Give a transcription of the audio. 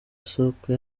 soko